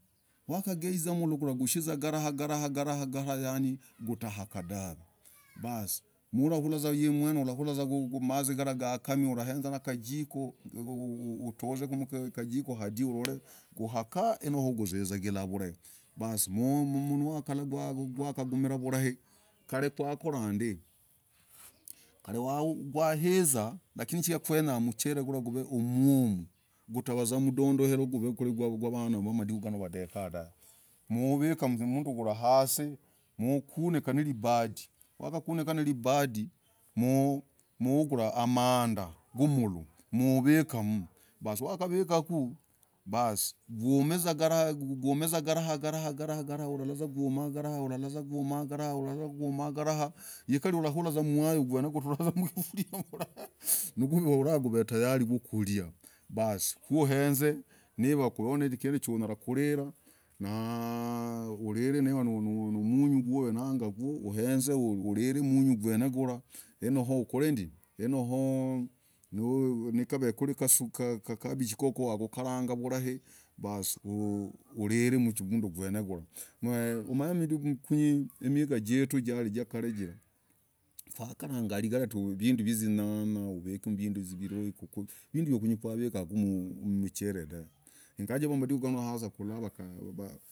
Mwazizaimo. molo, gishee. galah. galah. galah, itaakakah dahv basi, mwene, ulaezah, ulol guakah ano hizizagilah vurahi kal kwakora ndii kwaiza lakini kwenyah mchel ulah guv m chigirah kutakwavah mudoleo g vanaaa wakarunu wadekah dahv ku mchel gulah uvikah hasii alafu uvuguli mabati ukunik uvuguli amandah muloo uvik gum garahaaaa garahaaaa garahaaaa garahaaaa garahaaaa ul gamah garahaaaa ulol ularah mwaiimwene uturah kusuvira ugwoo hahaha, kuezah. ulolee. gaah, kinduu. yakulilia. uchalah. kunyolah, kunyolah, munyuu. Noh. ulilil munyuu gwah noh. gakebiji. no. wakukarah vurahi. no, ulilil mchel gulah,, umanye kwiri. kal kukarangah vinduu kwalinyanya, kwiri. vikuu. kwaviku, mchelee. dave.